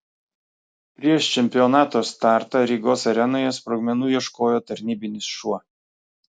prieš čempionato startą rygos arenoje sprogmenų ieškojo tarnybinis šuo